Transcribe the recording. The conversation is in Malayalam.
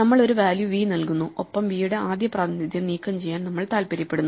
നമ്മൾ ഒരു വാല്യൂ v നൽകുന്നു ഒപ്പം വി യുടെ ആദ്യ പ്രതിനിധ്യം നീക്കംചെയ്യാൻ നമ്മൾ താൽപ്പര്യപ്പെടുന്നു